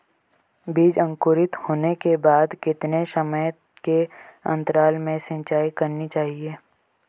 बीज अंकुरित होने के बाद कितने समय के अंतराल में सिंचाई करनी चाहिए?